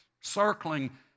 circling